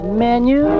menu